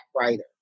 writer